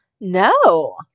No